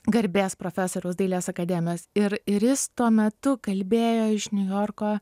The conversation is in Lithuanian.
garbės profesoriaus dailės akademijos ir ir jis tuo metu kalbėjo iš niujorko